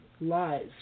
lies